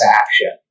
action